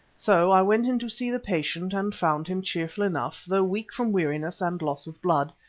so i went in to see the patient and found him cheerful enough, though weak from weariness and loss of blood,